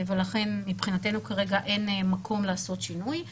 לכן מבחינתנו כרגע אין מקום לעשות שינוי.